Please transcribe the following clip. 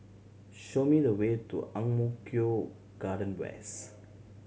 show me the way to Ang Mo Kio Garden West